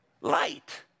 light